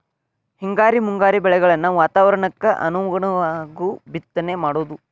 ಹಿಂಗಾರಿ ಮುಂಗಾರಿ ಬೆಳೆಗಳನ್ನ ವಾತಾವರಣಕ್ಕ ಅನುಗುಣವಾಗು ಬಿತ್ತನೆ ಮಾಡುದು